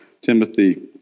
Timothy